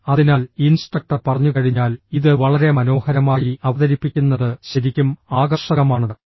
sir അതിനാൽ instructor പറഞ്ഞുകഴിഞ്ഞാൽ ഇത് വളരെ മനോഹരമായി അവതരിപ്പിക്കുന്നത് ശരിക്കും ആകർഷകമാണ്